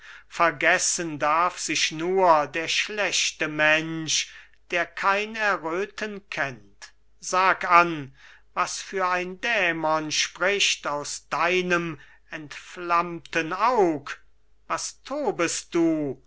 vergessen darf sich nur der schlechte mensch der kein erröthen kennt sag an was für ein dämon spricht aus deinem entflammten aug was tobest du